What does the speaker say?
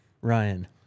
Ryan